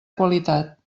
qualitat